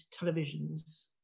televisions